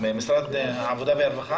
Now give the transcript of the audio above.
משרד העבודה והרווחה?